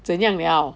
怎样了